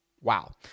Wow